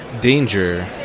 Danger